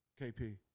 KP